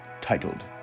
titled